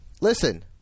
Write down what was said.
Listen